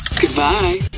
Goodbye